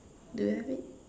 do you have it